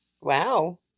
wow